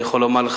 אני יכול לומר לך